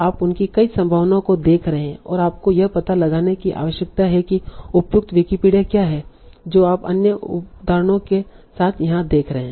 आप उनकी कई संभावनाओं को देख रहे हैं और आपको यह पता लगाने की आवश्यकता है कि उपयुक्त विकिपीडिया क्या है जो आप अन्य उदाहरणों के साथ यहां देख रहे हैं